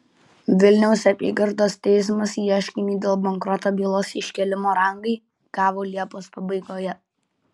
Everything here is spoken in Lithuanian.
vilniaus apygardos teismas ieškinį dėl bankroto bylos iškėlimo rangai gavo liepos pabaigoje